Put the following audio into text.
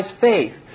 faith